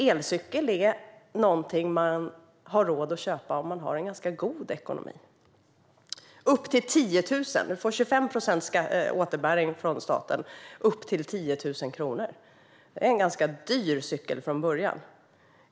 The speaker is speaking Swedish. Elcykel är någonting man har råd att köpa om man har ganska god ekonomi. Du får 25 procents återbäring från staten upp till 10 000 kronor. Det är en ganska dyr cykel från början.